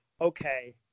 okay